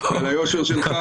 על היושר שלך